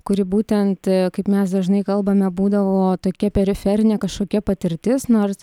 kuri būtent kaip mes dažnai kalbame būdavo tokia periferinė kažkokia patirtis nors